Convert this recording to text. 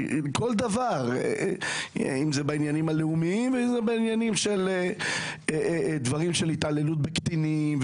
אם זה בעניינים הלאומיים ואם בנושאים כמו התעללות בקטינים,